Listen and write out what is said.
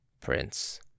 Prince